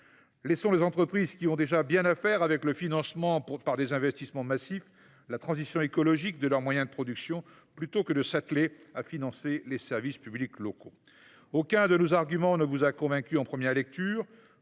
Laissons les entreprises tranquilles, qui ont déjà bien à faire pour financer, par des investissements massifs, la transition écologique de leurs moyens de production, plutôt que de nous atteler à leur faire financer les services publics locaux ! Aucun de nos arguments ne vous a convaincus en première lecture.